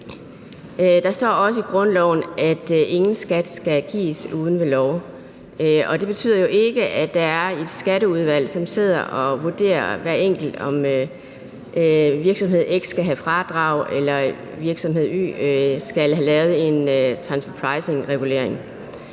Der står også i grundloven, at ingen skat skal gives uden ved lov, og det betyder jo ikke, at der er et skatteudvalg, som sidder og vurderer, om hver enkelt virksomhed x skal have fradrag eller virksomhed y skal have lavet en transferpricingregulering.